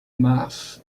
mars